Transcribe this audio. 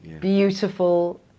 beautiful